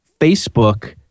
Facebook